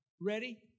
Ready